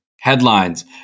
Headlines